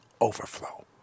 Overflow